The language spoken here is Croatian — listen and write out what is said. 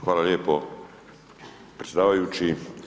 Hvala lijepo predsjedavajući.